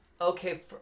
Okay